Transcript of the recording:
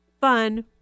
fun